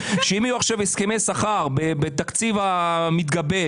שאם יהיו עכשיו הסכמי שכר בתקציב המתגבש